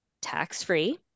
tax-free